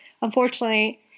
Unfortunately